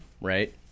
right